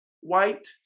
white